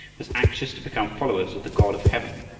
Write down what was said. was anxious to become followers of the god of heaven.